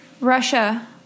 Russia